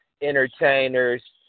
entertainers